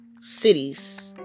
cities